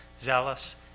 zealous